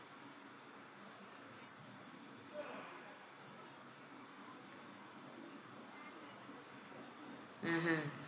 mmhmm